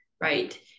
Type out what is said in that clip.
right